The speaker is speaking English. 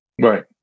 Right